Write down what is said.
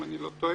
אם אני לא טועה,